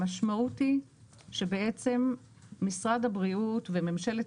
המשמעות היא שבעצם משרד הבריאות וממשלת